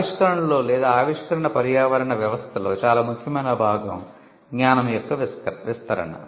ఆవిష్కరణలో లేదా ఆవిష్కరణ పర్యావరణ వ్యవస్థలో చాలా ముఖ్యమైన భాగం జ్ఞానం యొక్క విస్తరణ